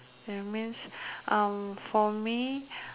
that means uh for me